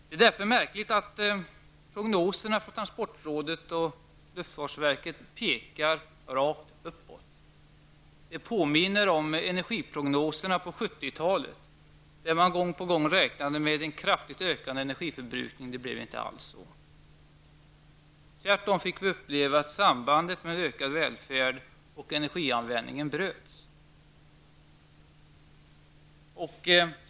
Det är därför märkligt att prognoserna för transportrådet och luftfartsverket pekar rakt uppåt. Det påminner om energiprognoserna under 70-talet, då man gång på gång räknade med en kraftigt ökad energiförbrukning. Så blev inte fallet. Vi fick tvärtom uppleva att sambandet mellan ökad välfärd och energianvändning bröts.